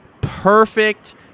perfect